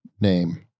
Name